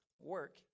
Work